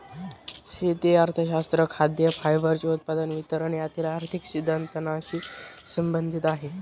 शेती अर्थशास्त्र खाद्य, फायबरचे उत्पादन, वितरण यातील आर्थिक सिद्धांतानशी संबंधित आहे